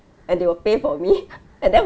and they will pay for me and then